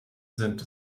sind